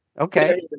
Okay